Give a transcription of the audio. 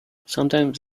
sometimes